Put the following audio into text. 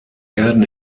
werden